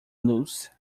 loose